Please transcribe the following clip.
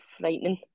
frightening